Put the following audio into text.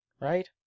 right